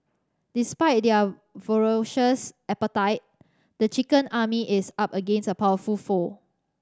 despite their appetite the chicken army is up against a powerful foe